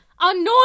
annoying